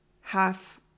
half